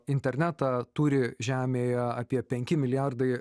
internetą turi žemėje apie penki milijardai